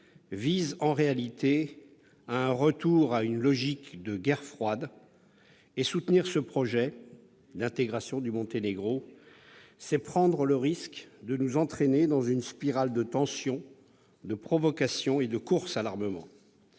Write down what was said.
vise en réalité à revenir à une logique de guerre froide. Soutenir ce projet revient à prendre le risque de nous entraîner dans une spirale de tensions, de provocations et de course à l'armement.